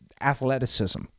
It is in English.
athleticism